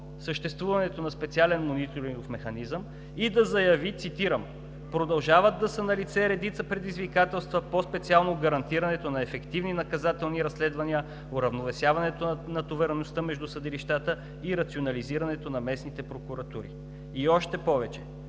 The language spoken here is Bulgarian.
съществуването на специален мониторингов механизъм и да заяви, цитирам: „Продължават да са налице редица предизвикателства, по-специално гарантирането на ефективни наказателни разследвания, уравновесяването на натовареността между съдилищата и рационализирането на местните прокуратури.“ И още повече: